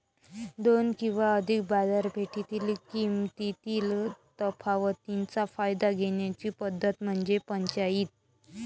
दोन किंवा अधिक बाजारपेठेतील किमतीतील तफावतीचा फायदा घेण्याची पद्धत म्हणजे पंचाईत